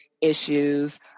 issues